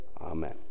amen